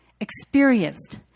experienced